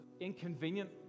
inconvenient